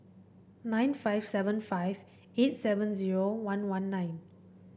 nine five seven five eight seven zero one one nine